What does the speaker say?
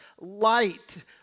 light